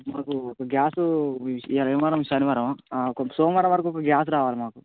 మాకు ఒక గ్యాస్ ఈవేళ ఏం వారం శనివారమా కొంచెం సోమవారం వరకు ఒక గ్యాస్ రావాలి మాకు